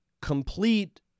complete